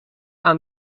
aan